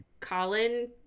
Colin